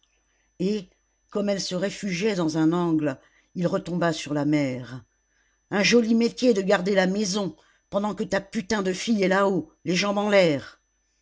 et comme elle se réfugiait dans un angle il retomba sur la mère un joli métier de garder la maison pendant que ta putain de fille est là-haut les jambes en l'air